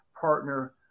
partner